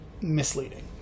misleading